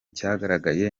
cyagaragaye